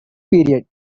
period